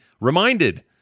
reminded